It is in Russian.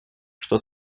что